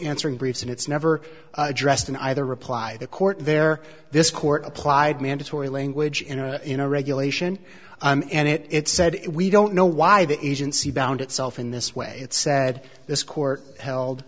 answering briefs and it's never addressed in either reply the court there this court applied mandatory language in or in a regulation and it said we don't know why the agency bound itself in this way it said this court held